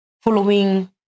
following